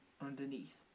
underneath